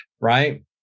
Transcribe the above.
Right